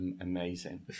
amazing